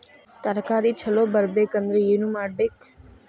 ತರಕಾರಿ ಛಲೋ ಬರ್ಬೆಕ್ ಅಂದ್ರ್ ಏನು ಮಾಡ್ಬೇಕ್?